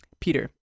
Peter